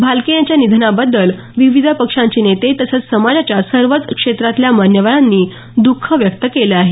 भालके यांच्या निधनाबद्दल विविध पक्षांचे नेते तसंच समाजाच्या सर्वच क्षेत्रातल्या मान्यवरांनी दुख व्यक्त केलं आहे